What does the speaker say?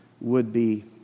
would-be